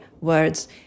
words